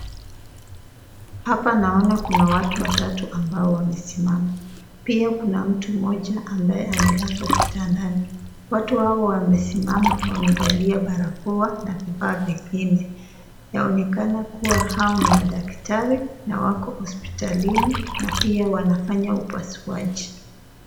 Hapa naona kuna watu watatu ambao wamesimama. Pia kuna mtu mmoja ambaye amelazwa kitandani. Watu hao wamesimama wamevalia barakoa na vifaa vingine. Inaonekana kuwa hao ni madaktari na wako hospitalini na pia wanafanya upasuaji.